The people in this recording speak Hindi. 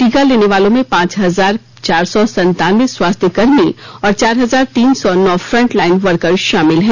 टीका लेनेवालों में पांच हजार चार सौ संतानबे स्वास्थकर्मी और चार हजार तीन सौ नौ फंटलाइन वर्कर शामिल हैं